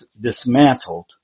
dismantled